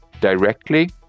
directly